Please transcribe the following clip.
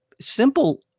simple